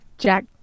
jack